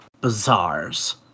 bazaars